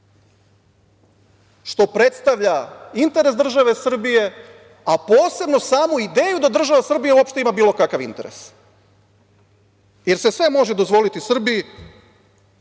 što predstavlja interes države Srbije, a posebno samu ideju da država Srbija uopšte ima bilo kakav interes, jer se sve može dozvoliti Srbiji,